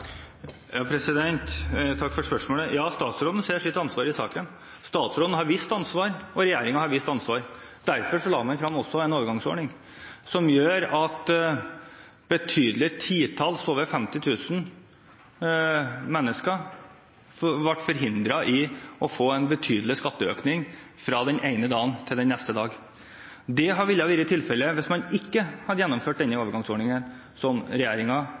Takk for spørsmålet. Ja, statsråden ser sitt ansvar i saken. Statsråden har vist ansvar, og regjeringen har vist ansvar, og derfor la man frem en overgangsordning som gjør at over 50 000 mennesker slapp å få en betydelig skatteøkning fra en dag til den neste. Det ville vært tilfellet hvis man ikke hadde gjennomført denne overgangsordningen – som